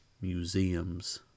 museums